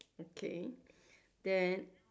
okay then